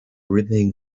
ripping